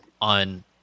on